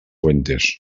fuentes